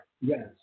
Yes